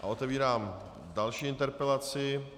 Otevírám další interpelaci.